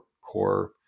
core